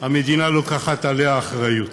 המדינה לוקחת עליו אחריות.